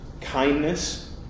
kindness